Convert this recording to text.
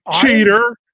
Cheater